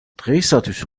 დღეისათვის